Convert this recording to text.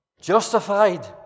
Justified